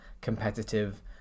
competitive